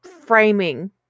framing